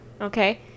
Okay